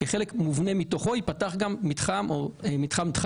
כחלק מובנה מתוכו ייפתח גם מתחם דחק.